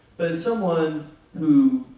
but it's someone who